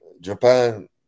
japan